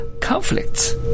conflicts